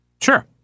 Sure